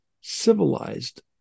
civilized